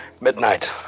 Midnight